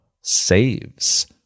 saves